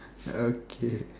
okay